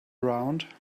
around